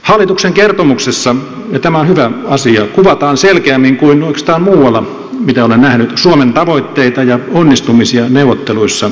hallituksen kertomuksessa ja tämä on hyvä asia kuvataan selkeämmin kuin oikeastaan muualla mitä olen nähnyt suomen tavoitteita ja onnistumisia neuvotteluissa pakotteiden sisällöstä